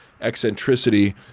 eccentricity